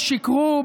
שיקרו,